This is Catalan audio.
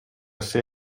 ser